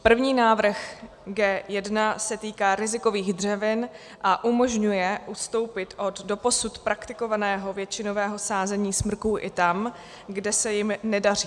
První návrh G1 se týká rizikových dřevin a umožňuje ustoupit od doposud praktikovaného většinového sázení smrků i tam, kde se jim nedaří.